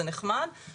זה נחמד,